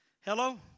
Hello